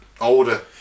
older